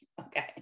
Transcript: okay